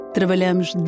Trabalhamos